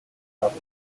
travel